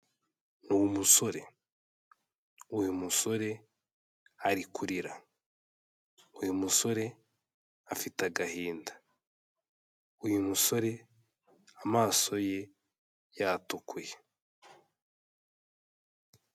Ni umusore, uyu musore ari kurira, uyu musore afite agahinda, uyu musore amaso ye yatukuye.